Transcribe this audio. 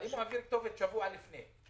אם הוא העביר כתובת שבוע לפני.